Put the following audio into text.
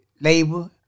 labor